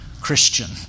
Christian